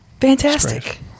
Fantastic